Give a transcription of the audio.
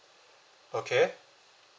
okay